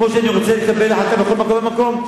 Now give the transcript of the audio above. כמו שאני רוצה לקבל החלטה בכל מקום ומקום.